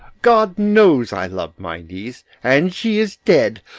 god knows i lov'd my niece and she is dead,